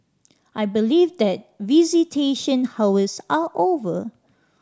I believe that visitation hours are over